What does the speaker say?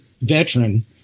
veteran